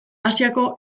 asiako